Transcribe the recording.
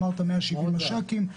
ואמרת 170 משק"ים.